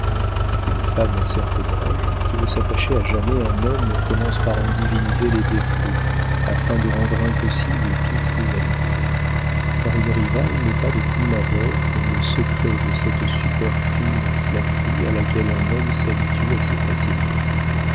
une femme d'un certain âge qui veut s'attacher à jamais un homme commence par en diviniser les défauts afin de rendre impossible toute rivalité car une rivale n'est pas de prime abord dans le secret de cette superfine flatterie à laquelle un homme s'habitue assez facilement